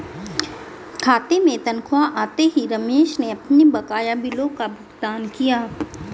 खाते में तनख्वाह आते ही रमेश ने अपने बकाया बिलों का भुगतान किया